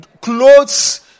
clothes